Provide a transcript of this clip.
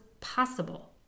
possible